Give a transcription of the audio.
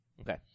Okay